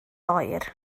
oer